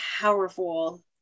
powerful